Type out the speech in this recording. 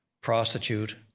prostitute